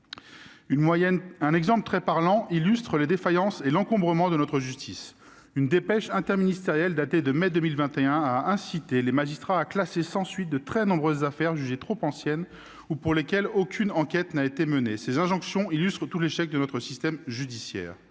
Un exemple très parlant illustre les défaillances et l'encombrement de notre justice : une dépêche interministérielle, datée de mai 2021, a incité les magistrats à classer sans suite de très nombreuses affaires jugées trop anciennes ou pour lesquelles aucune enquête n'a été menée. Ces injonctions illustrent tout l'échec de notre système judiciaire.